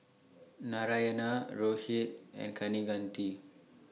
Narayana Rohit and Kaneganti